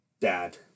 dad